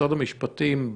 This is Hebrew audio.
משרד המשפטים,